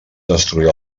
destruir